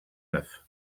neuf